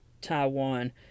Taiwan